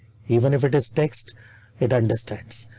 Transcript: even if it is text it understands.